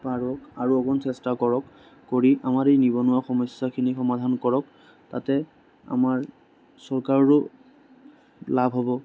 পাৰক আৰু অকন চেষ্টা কৰক কৰি আমাৰ এই নিবনুৱা সমস্যাখিনি সমাধান কৰক তাতে আমাৰ চৰকাৰৰো লাভ হ'ব